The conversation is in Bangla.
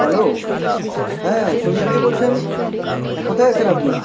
হ্যালো হ্যাঁ শৈলী দিদি বলছেন হ্যাঁ কোথায় আছেন আপনি